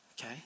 okay